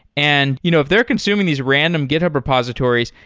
and you know if they're consuming these random github repositories,